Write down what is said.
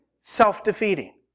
self-defeating